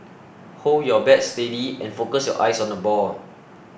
hold your bat steady and focus your eyes on the ball